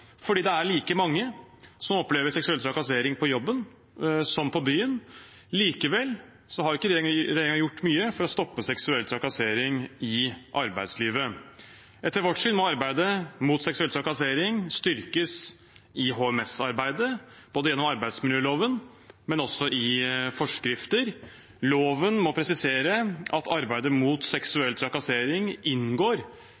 det er like mange som opplever seksuell trakassering på jobben som på byen, likevel har ikke regjeringen gjort mye for å stoppe seksuell trakassering i arbeidslivet. Etter vårt syn må arbeidet mot seksuell trakassering styrkes i HMS-arbeidet, både gjennom arbeidsmiljøloven og i forskrifter. Loven må presisere at arbeidet mot